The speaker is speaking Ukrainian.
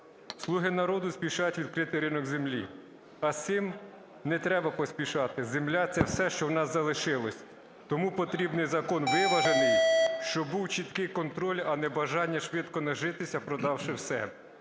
"Слуги народу" спішать відкрити ринок землі, а з цим не треба поспішати, земля – це все, що в нас залишилося. Тому потрібний закон виважений, щоб був чіткий контроль, а не бажання швидко нажитися, продавши все.